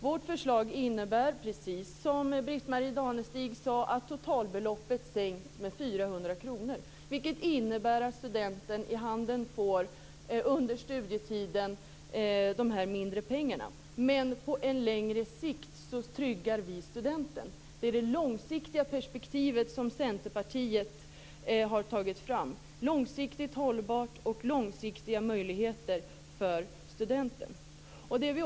Vårt förslag innebär precis som Britt-Marie Danestig sade att totalbeloppet sänks med 400 kr, vilket innebär att studenterna under studietiden får mindre pengar i handen. Men på längre sikt tryggar vi studenten. Det är det långsiktiga perspektivet som Centerpartiet har tagit fram, långsiktigt hållbart och långsiktiga möjligheter för studenten.